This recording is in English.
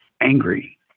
angry